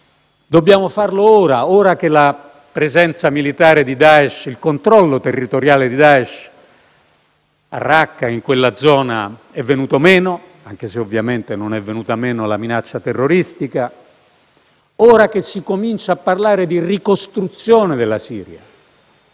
Dobbiamo farlo ora, dal momento che la presenza militare e il controllo territoriale di Daesh a Raqqa, in quella zona, è venuto meno (anche se, ovviamente, non è venuta meno la minaccia terroristica); ora che si comincia a parlare di ricostruzione della Siria.